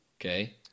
Okay